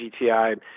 GTI